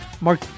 Mark